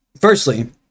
Firstly